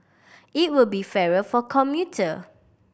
it will be fairer for commuter